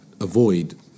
avoid